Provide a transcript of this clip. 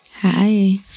Hi